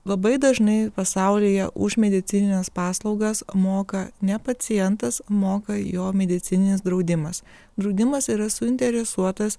labai dažnai pasaulyje už medicinines paslaugas moka ne pacientas moka jo medicininis draudimas draudimas yra suinteresuotas